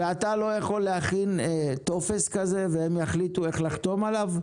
ואתה לא יכול להכין טופס כזה והם יחליטו איך לחתום עליו?